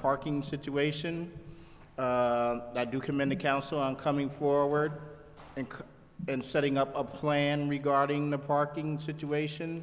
parking situation i do commend the council on coming forward and and setting up a plan regarding the parking situation